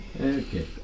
Okay